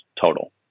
total